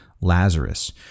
Lazarus